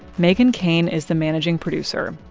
meghan keane is the managing producer.